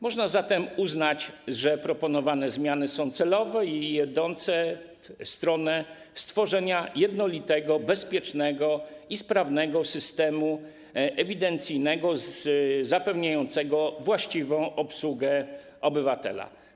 Można zatem uznać, że proponowane zmiany są celowe i idą w stronę stworzenia jednolitego, bezpiecznego i sprawnego systemu ewidencyjnego zapewniającego właściwą obsługę obywatela.